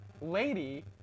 lady